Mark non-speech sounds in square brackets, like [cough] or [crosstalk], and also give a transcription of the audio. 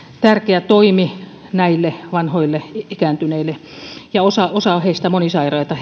tärkeä toimi näille vanhoille ikääntyneille ihmisille joista osa on monisairaita [unintelligible]